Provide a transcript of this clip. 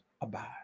abide